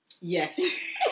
Yes